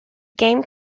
game